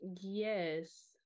Yes